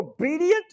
obedient